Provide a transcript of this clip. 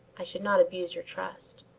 i should not abuse your trust.